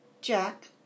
Jack